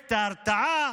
אפקט ההרתעה?